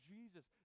Jesus